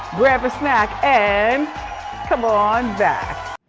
grab a snack and come on back.